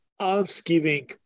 almsgiving